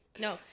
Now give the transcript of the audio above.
no